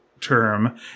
term